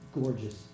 gorgeous